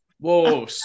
whoa